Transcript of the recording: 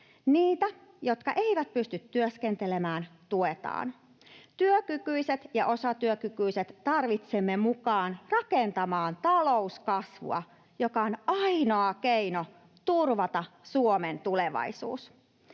Niitä, jotka eivät pysty työskentelemään, tuetaan. Tarvitsemme työkykyiset ja osatyökykyiset mukaan rakentamaan talouskasvua, joka on ainoa keino turvata Suomen tulevaisuus.